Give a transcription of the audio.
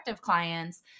clients